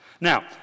Now